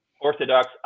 orthodox